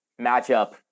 matchup